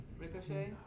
Ricochet